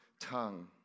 tongue